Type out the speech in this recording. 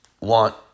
want